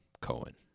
Cohen